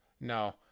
No